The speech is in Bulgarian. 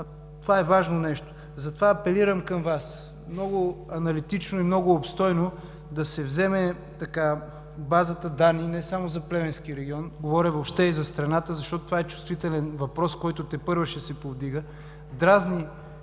това е важно нещо. Затова апелирам към Вас, много аналитично и много обстойно да се вземе базата данни, не само за Плевенския регион, говоря въобще и за страната, защото това е чувствителен въпрос, който тепърва ще се повдига,